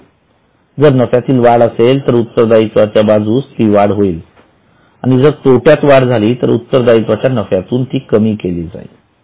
हो जर नफ्यातील वाढ असेल तर उत्तरदायित्वाच्या बाजूस ती वाढ होईल आणि जर तोट्यात वाढ झाली तर उत्तरदायित्वाच्या नफ्यातून कमी केली जाईल